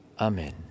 Amen